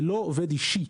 זה לא עובד אישית.